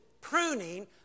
pruning